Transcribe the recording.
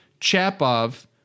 Chapov